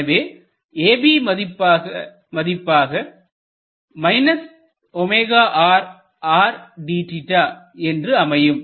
எனவே AB மதிப்பாக என்று அமையும்